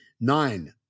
Nine